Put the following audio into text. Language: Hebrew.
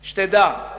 שתדע, אני